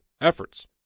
efforts